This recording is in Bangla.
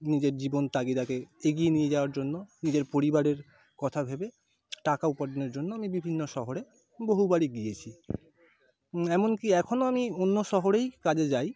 নিজের জীবন তাগিদাকে এগিয়ে নিয়ে যাওয়ার জন্য নিজের পরিবারের কথা ভেবে টাকা উপার্জনের জন্য আমি বিভিন্ন শহরে বহুবারই গিয়েছি এমনকি এখনও আমি অন্য শহরেই কাজে যাই